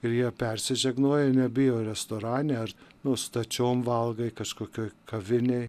ir jie persižegnoja nebijo restorane ar nu stačiom valgai kažkokioj kavinėj